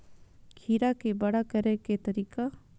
खीरा के बड़ा करे के तरीका?